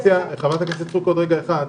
חברת הכנסת סטרוק, עוד רגע אחד.